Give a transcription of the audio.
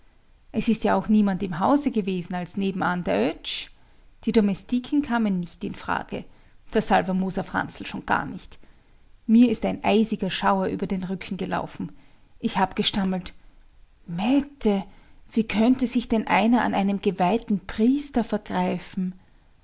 es ist ja auch niemand im hause gewesen als nebenan der oetsch die domestiken kamen nicht in frage der salvermoser franzl schon gar nicht mir ist ein eisiger schauer über den rücken gelaufen ich hab gestammelt mette wie könnte sich denn einer an einem geweihten priester vergreifen